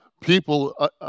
people